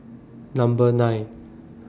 Number nine